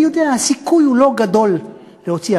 אני יודע, הסיכוי הוא לא גדול, להוציא.